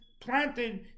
planted